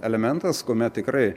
elementas kuomet tikrai